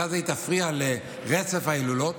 ובגלל זה היא תפריע לרצף ההילולות,